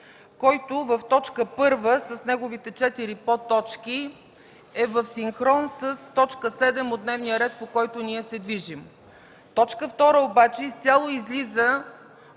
който в точка първа, с неговите четири подточки, е в синхрон с точка седем от дневния ред, по който ние се движим. Точка втора обаче изцяло излиза